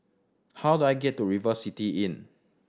how do I get to River City Inn